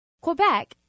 Quebec